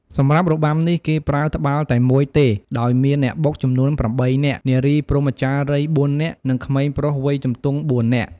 សម្រាប់របាំនេះគេប្រើត្បាល់តែមួយទេដោយមានអ្នកបុកចំនួន៨នាក់ នារីព្រហ្មចារីយ៍៤នាក់ និងក្មេងប្រុសវ័យជំទង់៤នាក់។